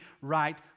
right